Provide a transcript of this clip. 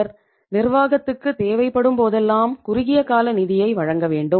அவர் நிர்வாகத்துக்கு தேவைப்படும்போதெல்லாம் குறுகிய கால நிதியை வழங்க வேண்டும்